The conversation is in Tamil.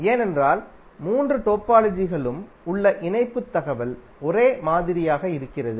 ஏன்னென்றால் மூன்று டோபாலஜிகளிலும் உள்ள இணைப்புத் தகவல் ஒரே மாதிரியாக இருக்கிறது